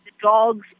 Dogs